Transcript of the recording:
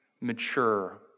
mature